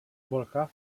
volcà